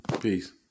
Peace